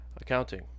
Accounting